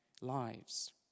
lives